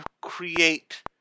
create